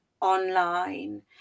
online